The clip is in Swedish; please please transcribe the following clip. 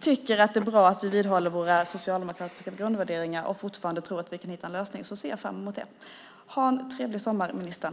tycker att det är bra att vi vidhåller våra socialdemokratiska grundvärderingar och fortfarande tror att vi kan hitta en lösning ser jag fram emot det. Ha en trevlig sommar, ministern!